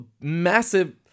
massive